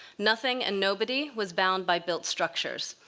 nothing and nobody was bound by built structures.